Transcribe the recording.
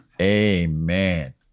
Amen